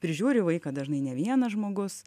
prižiūri vaiką dažnai ne vienas žmogus